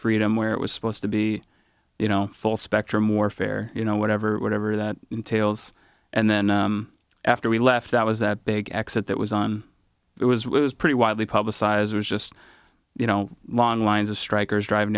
freedom where it was supposed to be you know full spectrum or fair you know whatever whatever that entails and then after we left that was that big exit that was on it was pretty widely publicized it was just you know long lines of strikers driving